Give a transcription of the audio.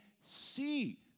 see